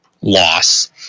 loss